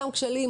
אותם כשלים,